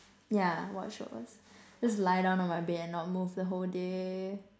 yeah watch shows just lie down on my bed and not move the whole day